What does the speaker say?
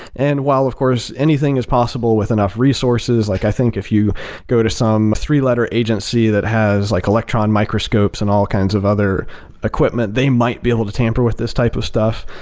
and while, of course, anything is possible with enough resources, like i think if you go to some three letter agency that has like electron microscopes and all kinds of other equipment, they might be able to tamper with this type of stuff.